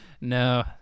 No